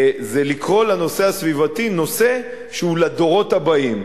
זה לקרוא לנושא הסביבתי נושא שהוא לדורות הבאים.